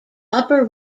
upper